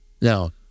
Now